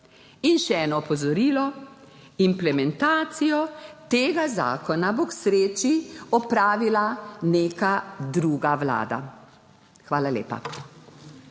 I še eno opozorilo, implementacijo tega zakona bo k sreči opravila neka druga Vlada. Hvala lepa.